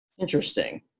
Interesting